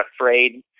afraid